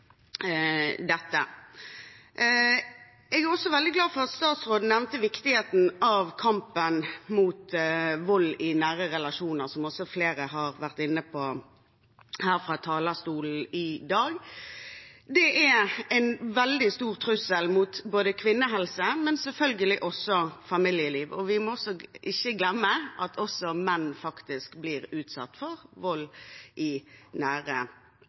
dette. Jeg er også veldig glad for at statsråden nevnte viktigheten av kampen mot vold i nære relasjoner, noe også flere har vært inne på her fra talerstolen i dag. Det er en veldig stor trussel mot kvinnehelse, men selvfølgelig også mot familielivet. Vi må heller ikke glemme at også menn faktisk blir utsatt for vold i nære